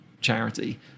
charity